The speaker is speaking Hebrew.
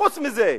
וחוץ מזה,